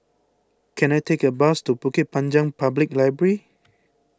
can I take a bus to Bukit Panjang Public Library